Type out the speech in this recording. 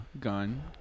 gun